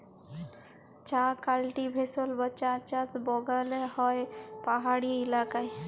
চাঁ কাল্টিভেশল বা চাষ চাঁ বাগালে হ্যয় পাহাড়ি ইলাকায়